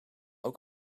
ook